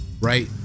right